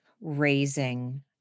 raising